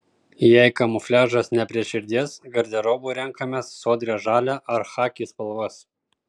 jei kamufliažas ne prie širdies garderobui renkamės sodrią žalią ar chaki spalvas